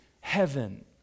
heaven